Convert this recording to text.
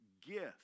gift